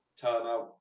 turnout